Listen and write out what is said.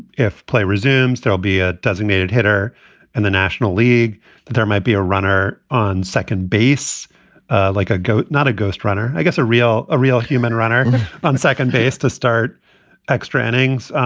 if play resumes, there'll be a designated hitter in the national league, that there might be a runner on second base like a goat, not a ghost runner. i guess a real a real human runner on second base to start extra innings.